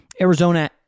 Arizona